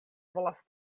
volas